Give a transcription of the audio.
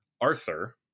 Arthur